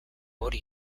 hori